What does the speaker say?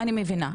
אני מבינה,